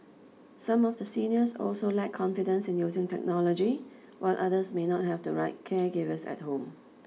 some of the seniors also lack confidence in using technology while others may not have the right caregivers at home